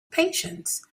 patience